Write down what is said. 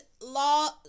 law